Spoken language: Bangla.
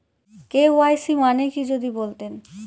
কে.ওয়াই.সি মানে কি যদি বলতেন?